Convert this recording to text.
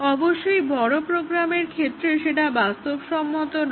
অবশ্যই বড় প্রোগ্রামের ক্ষেত্রে সেটা বাস্তবসম্মত নয়